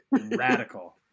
radical